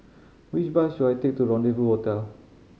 which bus should I take to Rendezvous Hotel